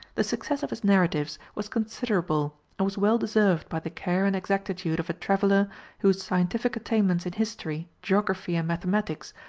the success of his narratives was considerable, and was well deserved by the care and exactitude of a traveller whose scientific attainments in history, geography, and mathematics,